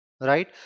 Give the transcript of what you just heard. Right